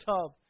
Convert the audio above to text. tub